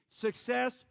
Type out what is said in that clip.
success